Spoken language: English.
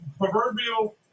proverbial